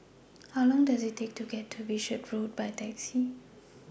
How Long Does IT Take to get to Wishart Road By Taxi